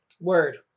Word